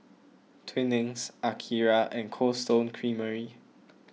Twinings Akira and Cold Stone Creamery